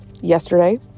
yesterday